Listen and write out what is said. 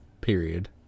period